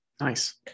Nice